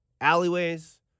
alleyways